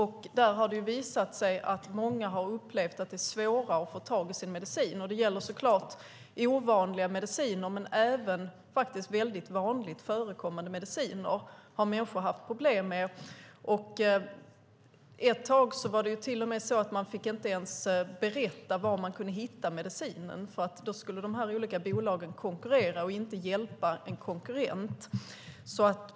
Där har det visat sig att många har upplevt att de har fått svårare att få tag i sin medicin. Det gäller så klart ovanliga mediciner. Men även väldigt vanligt förekommande mediciner har människor haft problem med. Ett tag var det till och med så att man inte ens fick berätta var människor kunde hitta medicinen. Då skulle de olika bolagen konkurrera och inte hjälpa en konkurrent.